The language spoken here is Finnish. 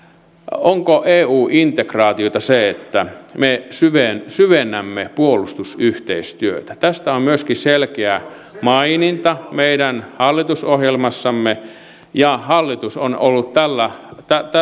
onko eu integraatiota se että me syvennämme syvennämme puolustusyhteistyötä tästä on myöskin selkeä maininta meidän hallitusohjelmassamme ja hallitus on ollut